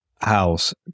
house